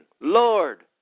Lord